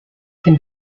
can